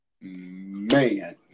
Man